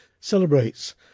celebrates